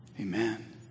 Amen